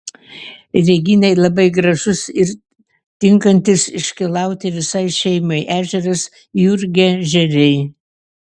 reginai labai gražus ir tinkantis iškylauti visai šeimai ežeras jurgežeriai